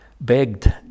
begged